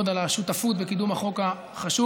על השותפות ועל קידום החוק החשוב,